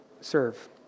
serve